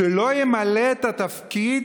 שלא ימלא את התפקיד